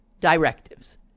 directives